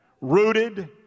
rooted